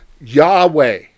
Yahweh